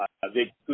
avec